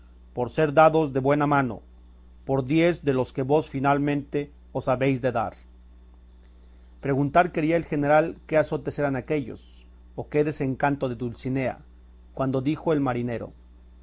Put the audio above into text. por ser dados de buena mano por diez de los que vos finalmente os habéis de dar preguntar quería el general qué azotes eran aquéllos o qué desencanto de dulcinea cuando dijo el marinero